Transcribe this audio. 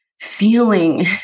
feeling